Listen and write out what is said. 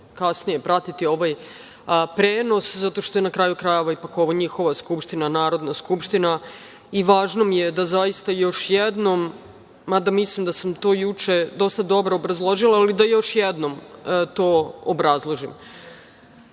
kasnije pratiti ovaj prenos zato što je na kraju krajeva ipak ovo njihova Skupština, Narodna skupština i važno mi je da zaista još jednom, mada mislim da sam to juče dosta dobro obrazložila, ali da još jednom to obrazložim. Gledala